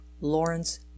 Lawrence